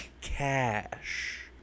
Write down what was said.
cash